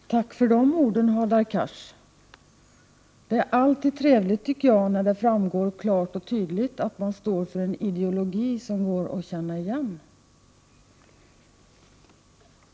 Fru talman! Tack för de orden, Hadar Cars! Det är alltid trevligt när det framgår klart och tydligt att någon står för en ideologi som går att känna igen.